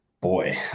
Boy